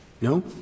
No